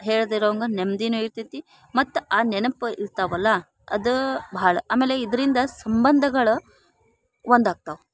ಹೇಳ್ದಿರೊಂಗ ನೆಮ್ಮದಿನು ಇರ್ತೆತಿ ಮತ್ತೆ ಆ ನೆನಪು ಇರ್ತಾವಲ್ಲ ಅದ ಭಾಳ ಆಮೇಲೆ ಇದರಿಂದ ಸಂಬಂಧಗಳ ಒಂದಾಗ್ತವೆ